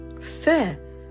fair